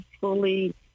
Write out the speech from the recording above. fully